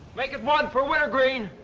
make it one for wintergreen.